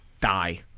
Die